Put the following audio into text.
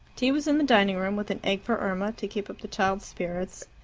tea was in the dining-room, with an egg for irma, to keep up the child's spirits.